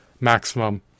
maximum